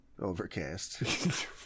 Overcast